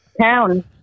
town